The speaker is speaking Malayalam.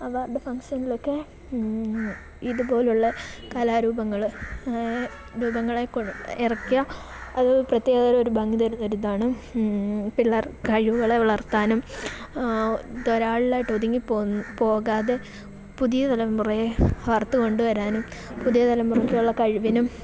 അവാർഡ് ഫങ്ഷനിലൊക്കെ ഇതു പോലെയുള്ള കലാരൂപങ്ങൾ രൂപങ്ങളൊക്കെ ഇറക്കിയാൽ അതു പ്രത്യേകമൊരു ഭംഗി തരുന്ന ഒരിതാണ് പിള്ളേർ കഴിവുകളെ വളർത്താനും ഇതൊരാളായിട്ട് ഒതുങ്ങിപ്പോകു പോകാതെ പുതിയ തലമുറയെ വാർത്തു കൊണ്ട് വരാനും പുതിയ തലമുറക്കുള്ള കഴിവിനും